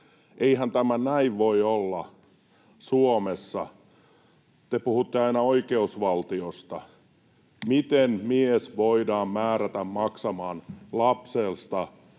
Eihän tämä näin voi olla Suomessa. Te puhutte aina oikeusvaltiosta. Miten mies voidaan määrätä maksamaan juridisin